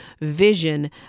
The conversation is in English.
vision